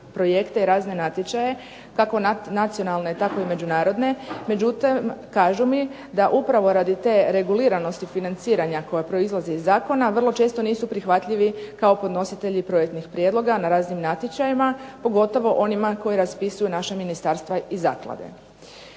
projekte i razne natječaje kako nacionalne tako i međunarodne, međutim kažu mi da upravo radi te reguliranosti financiranja koja proizlazi iz zakona vrlo često nisu prihvatljivi kao podnositelji projektnih prijedloga na raznim natječajima. Pogotovo onima koji raspisuju naša ministarstva i zaklade.